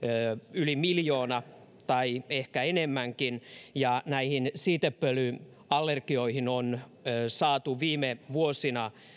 yli miljoona tai ehkä enemmänkin ja siitepölyallergioihin on saatu viime vuosina